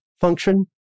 function